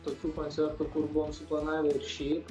tokių koncertų kur buvom suplanavę ir šiaip